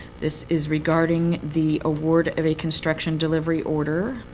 this is regarding the award of a construction delivery order